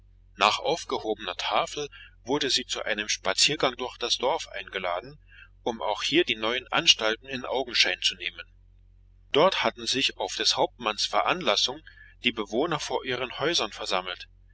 nach aufgehobener tafel wurde sie zu einem spaziergang durch das dorf eingeladen um auch hier die neuen anstalten in augenschein zu nehmen dort hatten sich auf des hauptmanns veranlassung die bewohner vor ihren häusern versammelt